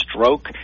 stroke